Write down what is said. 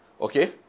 Okay